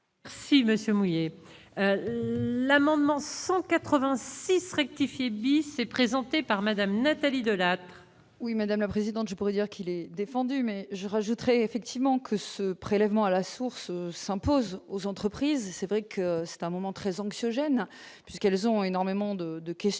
Si Monsieur mouillé, l'amendement 186 rectifier lycées présentée par Madame Nathalie Delattre. Oui, madame la présidente, je pourrais dire qu'il est défendu mais je rajouterai effectivement que ce prélèvement à la source, sans impose aux entreprises, c'est vrai que c'est un moment très anxiogène, puisqu'elles ont énormément de de questions,